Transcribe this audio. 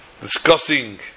discussing